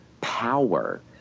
power